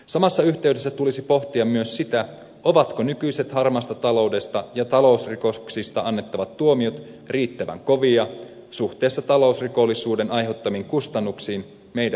samassa yhteydessä tulisi pohtia myös sitä ovatko nykyiset harmaasta taloudesta ja talousrikoksista annettavat tuomiot riittävän kovia suhteessa talousrikollisuuden aiheuttamiin kustannuksiin meidän yhteiskunnallemme